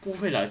不会 lah